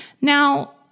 Now